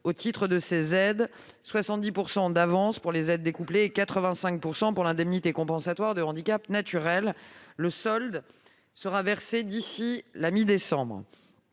la mi-octobre, avec 70 % d'avances pour les aides découplées et 85 % pour l'indemnité compensatoire de handicap naturel. Le solde leur sera versé d'ici à la mi-décembre.